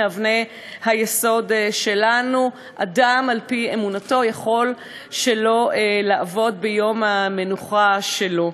מאבני היסוד שלנו: אדם על-פי אמונתו יכול שלא לעבוד ביום המנוחה שלו.